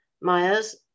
Myers